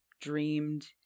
dreamed